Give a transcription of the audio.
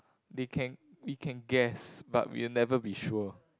they can they can guess but you can never be sure